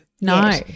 No